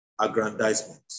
aggrandizement